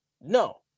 No